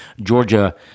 Georgia